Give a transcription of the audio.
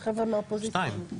חבר הכנסת רם בן ברק,